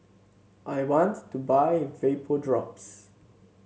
I want to buy Vapodrops